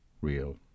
real